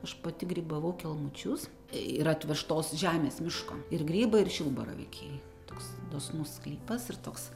aš pati grybavau kelmučius yra atvežtos žemės miško ir grybai ir šilbaravykiai toks dosnus sklypas ir toks